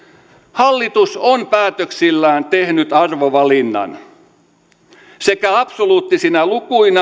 hallitus on päätöksillään tehnyt arvovalinnan sekä absoluuttisina lukuina